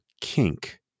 kink